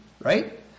Right